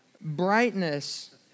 brightness